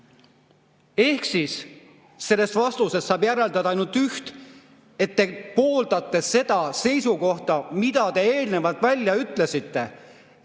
Ehk siis sellest vastusest saab järeldada ainult üht: te pooldate seda seisukohta, mis te eelnevalt välja ütlesite, et